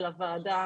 ולוועדה